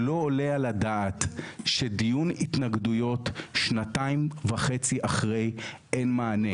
לא עולה על הדעת שדיון התנגדויות שנתיים וחצי אחרי אין מענה.